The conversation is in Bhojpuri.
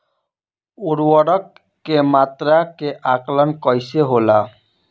उर्वरक के मात्रा के आंकलन कईसे होला?